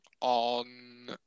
on